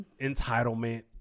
entitlement